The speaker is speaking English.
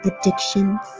Addictions